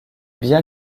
bien